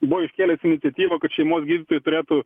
buvo iškėlęs iniciatyvą kad šeimos gydytojai turėtų